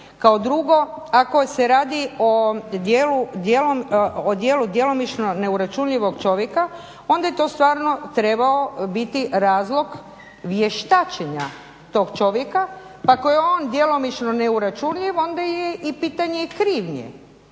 kao drugo ako se radi o djelu djelomično neuračunljivog čovjeka onda je to stvarno trebao biti razlog vještačenja tog čovjeka pa ako je on djelomično neuračunljiv onda je i pitanje i krivnje.